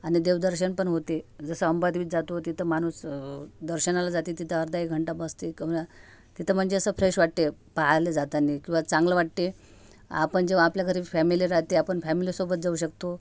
आणि देवदर्शन पण होते जसं आंबादेवीत जातो तिथं माणूस दर्शनाला जाते तिथं अर्धाएक घंटा बसते कहूना तिथं म्हणजे असं फ्रेश वाटते पहायला जातानी किंवा चांगलं वाटते आपण जेव्हा आपल्या घरी फॅमिली रहाते आपण फॅमिलीसोबत जाऊ शकतो